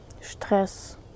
Stress